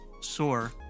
sore